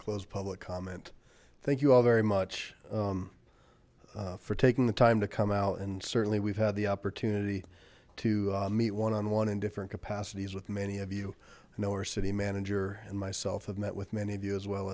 close public comment thank you all very much for taking the time to come out and certainly we've had the opportunity to meet one on one in different capacities with many of you i know our city manager and myself have met with many of you as well